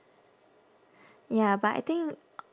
ya but I think